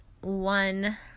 one